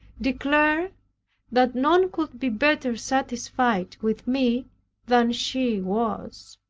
declared that none could be better satisfied with me than she was.